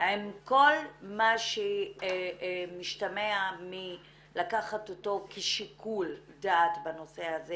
עם כל מה שמשתמע מלקחת אותו כשיקול דעת בנושא הזה